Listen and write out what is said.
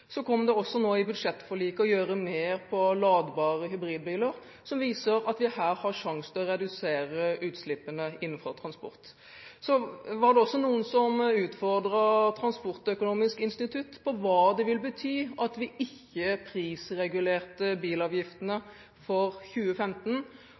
Så er det slik at vi nå i budsjettforliket vil gjøre mer når det gjelder ladbare hybridbiler, som viser at vi her har sjansen til å redusere utslippene innenfor transport. Så var det noen som utfordret Transportøkonomisk institutt på hva det ville bety at vi ikke prisregulerte